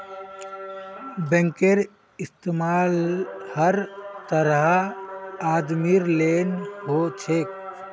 बैंकेर इस्तमाल हर तरहर आदमीर तने हो छेक